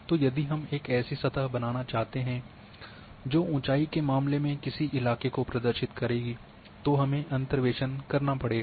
तो यदि हम एक ऐसी सतह बनाना चाहते हैं जो ऊंचाई के मामले में किसी इलाके को प्रदर्शित करेगी तो हमें अंतर्वेसन करना पड़ेगा